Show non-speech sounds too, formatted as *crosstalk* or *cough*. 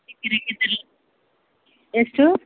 *unintelligible* ಎಷ್ಟು